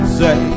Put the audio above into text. say